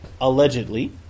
allegedly